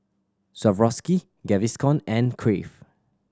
Swarovski Gaviscon and Crave